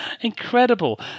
incredible